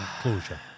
closure